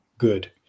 good